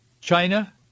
China